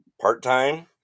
part-time